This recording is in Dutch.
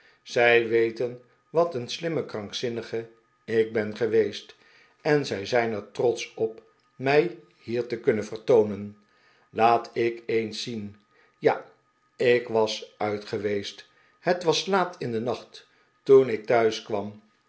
zij weten wat een slimme krankzinnige ik ben geweest en zij zijn er trotsch op mij hier te kunnen vertoonen laat ik eens zienj ja ik was uit geweest het was laat in den nacht toen ik